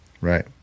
Right